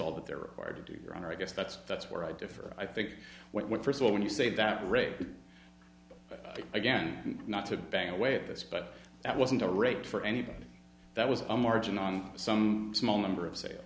all that there are hard to do your honor i guess that's that's where i differ i think what first of all when you say that rape again not to bang away at this but that wasn't a rate for anybody that was a margin on some small number of sales